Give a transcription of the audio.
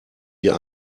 wir